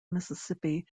mississippi